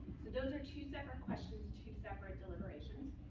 so those are two separate questions, two separate deliberations.